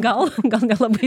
gal gal nelabai